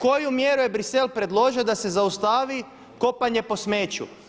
Koju mjeru je Bruxelles predložio da se zaustavi kopanje po smeću?